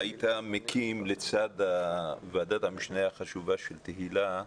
היית מקים לצד ועדת המשנה החשובה של תהלה,